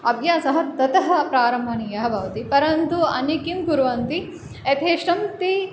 अभ्यासः ततः प्रारम्भणीयः भवति परन्तु अन्ये किं कुर्वन्ति यथेष्टं ते